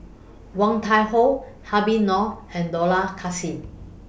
Woon Tai Ho Habib Noh and Dollah Kassim